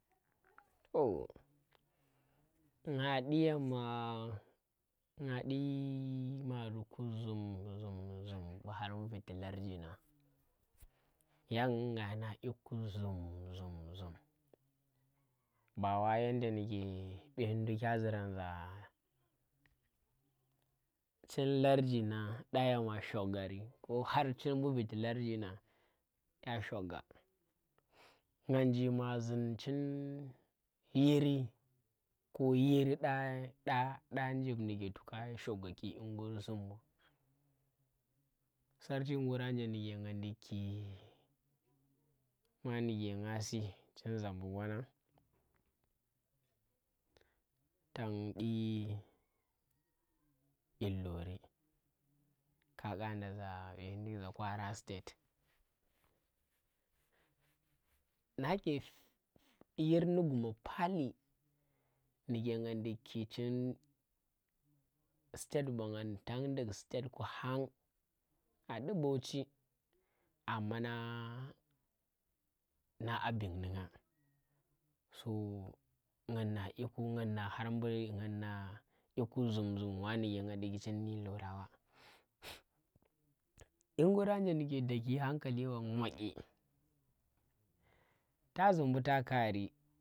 To nga ɗi yama nga di mariku zum zum zum mbu har viti larji nang, yan nga na ƙyiku zum zum zum ba yenda ndike ɓeni dukkyan zurang za chin larji nang da yama shogari ko har chin mbu viti larji nang dye shoga nga jee ma zum chin yiri ko yir ɗa ɗa ɗa jiv nde ke to ka shogaki yingur zum sarchi ngura nje ndike nga dikki manike nga si chin zambuk wannang tang dee ilorin ka kanda za kwara state. Na ke yir nu guma paali ndike nga ndikki state bang tang ndik state ku hanga nga dee bauchi amma nang na a bin ni nga so nang nga ƙyiku ngan nga har bu nang nga ƙyiku zum zum wa nang diki chin ilora wa dyi ngura nje ndike daki hankali bang madyi ta zun mbu ta kari.